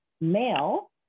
male